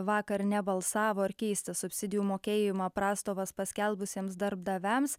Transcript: vakar nebalsavo ar keisti subsidijų mokėjimą prastovas paskelbusiems darbdaviams